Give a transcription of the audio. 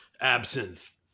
absinthe